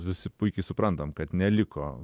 visi puikiai suprantam kad neliko